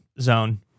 zone